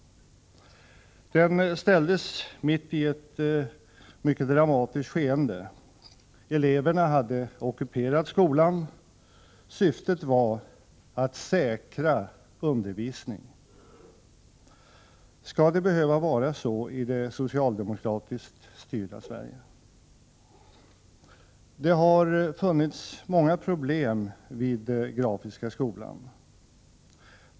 Den ställdes mitt i ett mycket dramatiskt skeende. Eleverna hade ockuperat skolan. Syftet var att säkra undervisningen. Skall det behöva vara så i det socialdemokratiskt styrda Sverige? Det har funnits många problem vid Grafiska skolan.